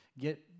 get